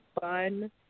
fun